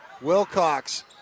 Wilcox